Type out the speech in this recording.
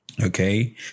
Okay